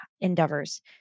endeavors